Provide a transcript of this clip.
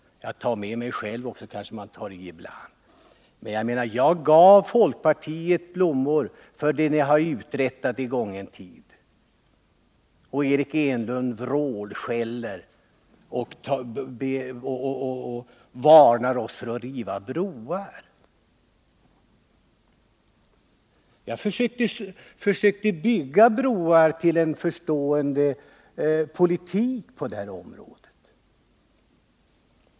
Jag medger att jag själv kanske tar i ibland. Men jag gav er inom folkpartiet blommor för det ni har uträttat i gången tid. — Vad gör Eric Enlund? Jo vrålskäller och varnar oss för att riva broar. Jag försökte verkligen bygga broar till en förstående politik på det här området.